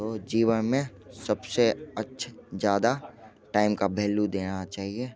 तो जीवन में सबसे अच्छा ज़्यादा टाइम का वैल्यू देना चाहिए